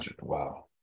wow